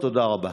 תודה רבה.